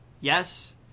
Yes